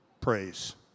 praise